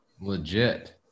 legit